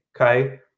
okay